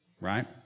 right